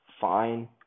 fine